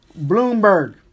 Bloomberg